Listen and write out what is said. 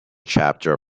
chapter